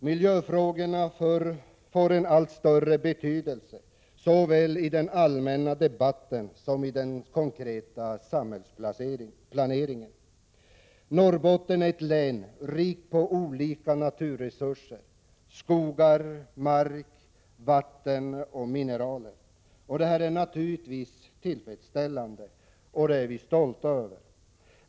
Miljöfrågorna får en allt större betydelse i såväl den allmänna debatten som den konkreta samhällsplaneringen. Norrbotten är ett län rikt på olika naturresurser: skog, mark, vatten och mineraler. Detta är naturligtvis tillfredsställande och något som vi är stolta över.